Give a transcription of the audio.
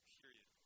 period